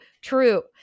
true